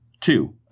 two